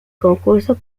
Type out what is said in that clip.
concurso